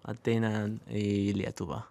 ateina į lietuvą